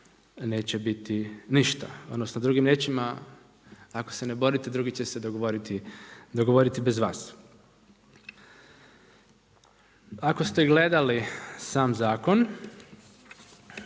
neće biti ništa, odnosno drugim riječima ako se ne borite drugi će se govoriti bez vas. Ako ste gledali sam zakon,